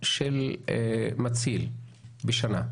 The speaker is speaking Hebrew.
של מציל בשנה?